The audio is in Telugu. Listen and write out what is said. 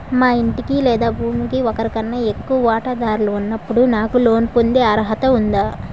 మా ఇంటికి లేదా భూమికి ఒకరికన్నా ఎక్కువ వాటాదారులు ఉన్నప్పుడు నాకు లోన్ పొందే అర్హత ఉందా?